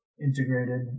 integrated